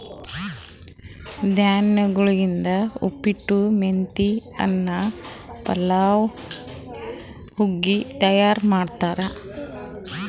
ಧಾನ್ಯಗೊಳಿಂದ್ ಉಪ್ಪಿಟ್ಟು, ಮೇತಿ ಅನ್ನ, ಪಲಾವ್ ಮತ್ತ ಹುಗ್ಗಿ ತೈಯಾರ್ ಮಾಡ್ತಾರ್